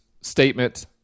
statement